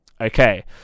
okay